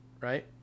right